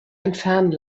entfernen